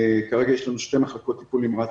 כרגע יש לנו שתי מחלקות טיפול נמרץ